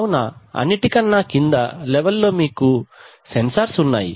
కావున అన్నిటికన్నా కింద లెవెల్ లో మీకు సెన్సార్స్ ఉన్నాయి